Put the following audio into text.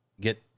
get